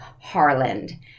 Harland